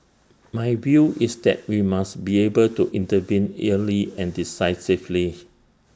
my view is that we must be able to intervene early and decisively